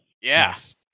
Yes